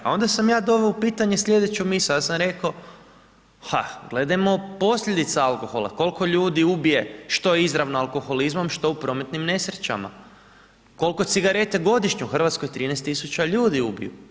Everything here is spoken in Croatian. A onda sam ja doveo u pitanje slijedeću misao, ja sam rekao gledajmo posljedice alkohola koliko ljudi ubije što izravno alkoholizmom, što u prometnim nesrećama, koliko cigarete godišnje, u Hrvatskoj 13.000 ljudi ubiju.